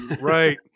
Right